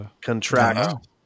contract